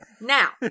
Now